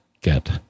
get